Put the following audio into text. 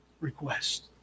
request